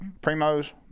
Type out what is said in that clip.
Primo's